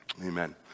Amen